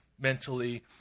mentally